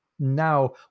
Now